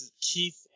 Keith